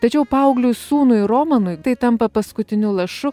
tačiau paaugliui sūnui romanui tai tampa paskutiniu lašu